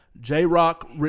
j-rock